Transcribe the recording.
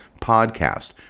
podcast